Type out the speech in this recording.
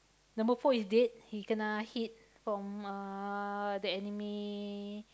number four is dead he kena hit from uh the enemy